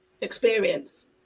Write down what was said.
experience